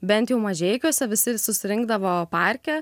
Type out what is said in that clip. bent jau mažeikiuose visi ir susirinkdavo parke